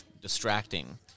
distracting